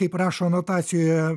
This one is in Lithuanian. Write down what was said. kaip rašo anotacijoje